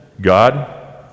God